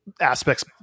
aspects